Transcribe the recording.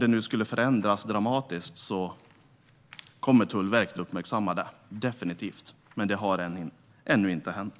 Om något skulle förändras dramatiskt kommer Tullverket definitivt att uppmärksamma detta, men det har ännu inte hänt.